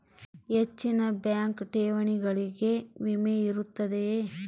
ಹೆಚ್ಚಿನ ಬ್ಯಾಂಕ್ ಠೇವಣಿಗಳಿಗೆ ವಿಮೆ ಇರುತ್ತದೆಯೆ?